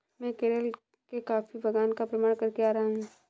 मैं केरल के कॉफी बागान का भ्रमण करके आ रहा हूं